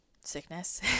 sickness